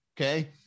Okay